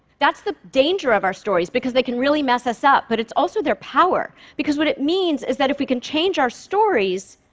that's the danger of our stories, because they can really mess us up, but it's also their power. because what it means is that if we can change our stories,